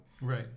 Right